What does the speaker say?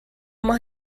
más